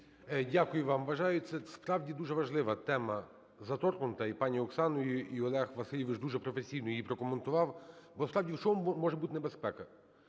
Дякую вам. Вважаю, це, справді, дуже важлива тема заторкнута і пані Оксаною, і Олег Васильович дуже професійно її прокоментував. Насправді, в чому може бути небезпека?